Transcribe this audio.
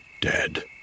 dead